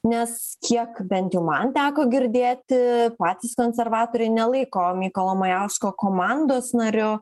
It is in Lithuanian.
nes kiek bent jau man teko girdėti patys konservatoriai nelaiko mykolo majausko komandos nariu